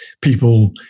people